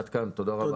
עד כאן, תודה רבה.